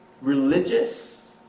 religious